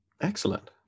Excellent